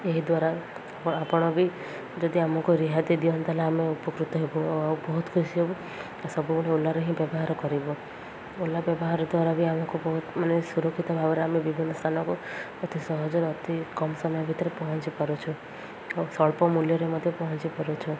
ଏହିଦ୍ୱାରା ଆପଣ ବି ଯଦି ଆମକୁ ରିହାତି ଦିଅନ୍ତି ତାହେଲେ ଆମେ ଉପକୃତ ହେବୁ ଆଉ ବହୁତ ଖୁସି ହେବୁ ଆ ସବୁବେଳେ ଓଲାରେ ହିଁ ବ୍ୟବହାର କରିବୁ ଓଲା ବ୍ୟବହାର ଦ୍ୱାରା ବି ଆମକୁ ବହୁତ ମାନେ ସୁରକ୍ଷିତ ଭାବରେ ଆମେ ବିଭିନ୍ନ ସ୍ଥାନକୁ ଅତି ସହଜରେ ଅତି କମ୍ ସମୟ ଭିତରେ ପହଞ୍ଚି ପାରୁଛୁ ଆଉ ସ୍ୱଳ୍ପ ମୂଲ୍ୟରେ ମଧ୍ୟ ପହଞ୍ଚି ପାରୁଛୁ